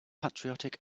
patriotic